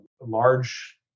large